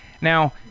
Now